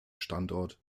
standort